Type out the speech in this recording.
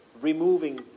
removing